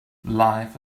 life